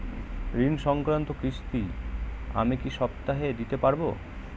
ঋণ সংক্রান্ত কিস্তি আমি কি সপ্তাহে দিতে পারবো?